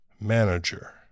manager